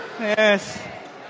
Yes